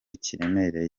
kiremereye